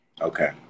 Okay